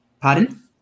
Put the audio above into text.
Pardon